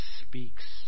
speaks